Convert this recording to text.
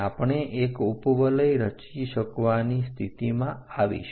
આપણે એક ઉપવલય રચી શકવાની સ્થિતિમાં આવીશું